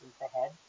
ahead